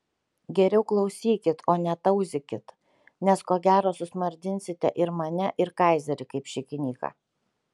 geriau klausykit o ne tauzykit nes ko gero susmardinsite ir mane ir kaizerį kaip šikinyką